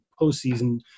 postseason